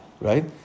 Right